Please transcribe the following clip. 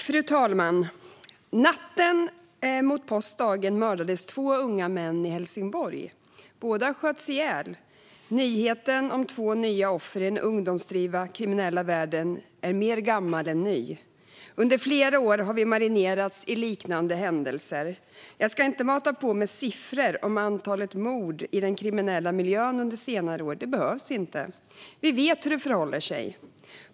Fru talman! Natten mot påskdagen mördades två unga män i Helsingborg. Båda sköts ihjäl. Nyheten om två nya offer i den ungdomsdrivna kriminella världen är mer gammal än ny. Under flera år har vi marinerats i liknande händelser. Jag ska inte mata på med siffror om antalet mord i den kriminella miljön under senare år. Det behövs inte. Vi vet hur det förhåller sig.